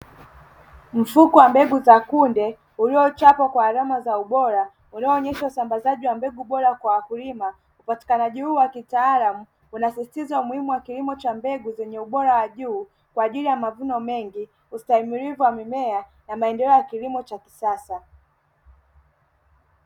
Mfuko wa mbegu za kunde uliochapwa kwa alama za ubora unaonyesha usambazaji wa mbegu bora kwa wakulima upatikanaji huu wa kitaalamu, unasisitiza umuhimu wa kilimo cha mbegu zenye ubora wa juu kwa ajili ya mavuno mengi ustahimilivu wa mimea na maendeleo ya kilimo cha kisasa.